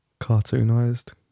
cartoonized